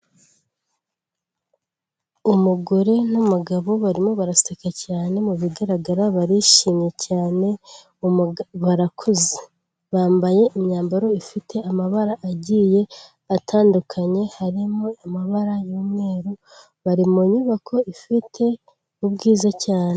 Umugore n'umugabo barimo baraseka cyane, mu bigaragara barishimye cyane, barakuze, bambaye imyambaro ifite amabara agiye atandukanye, harimo amabara y'umweru, bari mu nyubako ifite ubwiza cyane.